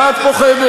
מה את פוחדת?